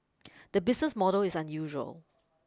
the business model is unusual